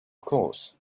course